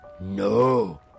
No